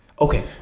Okay